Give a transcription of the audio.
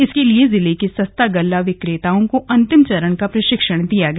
इसके लिए जिले के सस्ता गल्ला विक्रेताओं को अंतिम चरण का प्रशिक्षण दिया गया